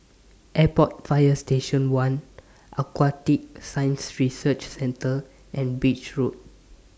Airport Fire Station one Aquatic Science Research Centre and Beach Road